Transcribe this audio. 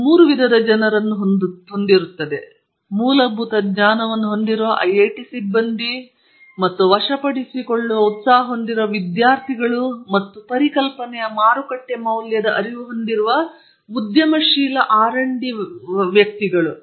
ನೀವು ಮೂರು ವಿಧದ ಜನರನ್ನು ಹೊಂದಿದ್ದೀರಿ ಮೂಲಭೂತ ಜ್ಞಾನವನ್ನು ಹೊಂದಿರುವ ಐಐಟಿ ಸಿಬ್ಬಂದಿ ಮತ್ತು ವಶಪಡಿಸಿಕೊಳ್ಳುವ ಉತ್ಸಾಹ ಹೊಂದಿರುವ ವಿದ್ಯಾರ್ಥಿಗಳು ಮತ್ತು ಪರಿಕಲ್ಪನೆಯ ಮಾರುಕಟ್ಟೆ ಮೌಲ್ಯದ ಅರಿವು ಹೊಂದಿರುವ ಉದ್ಯಮದಿಂದ ಆರ್ ಮತ್ತು ಡಿ ವೈಯಕ್ತಿಕ